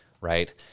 right